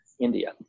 India